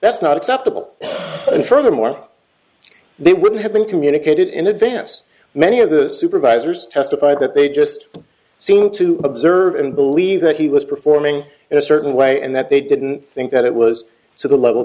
that's not acceptable and furthermore they would have been communicated in advance many of the supervisors testified that they just seem to observe and believe that he was performing in a certain way and that they didn't think that it was so the level